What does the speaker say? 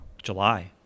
july